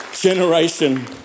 generation